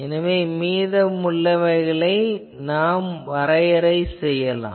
எனவே மீதமுள்ளவை என நாம் வரையறுக்கலாம்